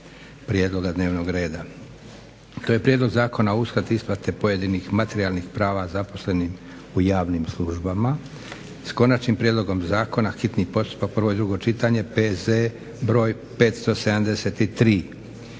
prijedloga dnevnog reda, to je Prijedlog zakona o uskrati isplate pojedinih materijalnih prava zaposlenima u javnim službama, s konačnim prijedlogom zakona, hitni postupak, prvo i drugo čitanje, PZ br. 573